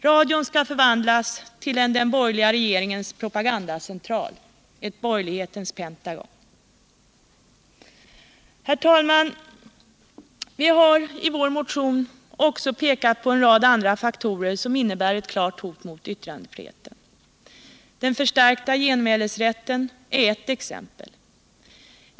Radion skall förvandlas till en den borgerliga regeringens propagandacentral, ett borgerlighetens Pentagon. Herr talman! Vi har i vår motion också pekat på en rad andra faktorer som innebär ett klart hot mot yttrandefriheten. Den förstärkta genmälesrätten är ett exempel.